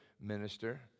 minister